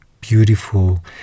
beautiful